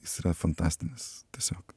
jis yra fantastinis tiesiog